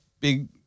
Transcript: big